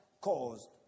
caused